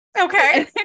okay